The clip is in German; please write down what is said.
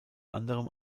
anderem